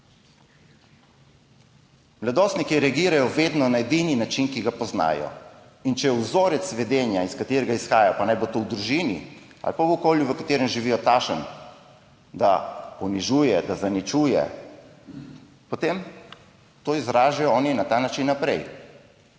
Mladostniki reagirajo vedno na edini način, ki ga poznajo. In če je vzorec vedenja, iz katerega izhaja, pa naj bo to v družini ali pa v okolju, v katerem živijo, takšen, da ponižuje, da zaničuje, potem to izražajo oni na ta način naprej.